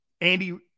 Andy